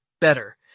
better